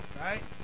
Right